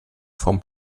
vom